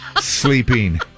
sleeping